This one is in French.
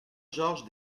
georges